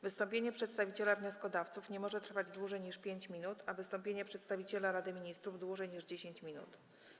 Wystąpienie przedstawiciela wnioskodawców nie może trwać dłużej niż 5 minut, a wystąpienie przedstawiciela Rady Ministrów - dłużej niż 10 minut.